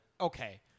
okay